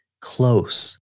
close